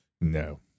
no